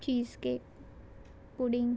cheese cake pudding